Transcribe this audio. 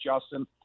Justin